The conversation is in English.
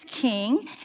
king